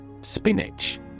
Spinach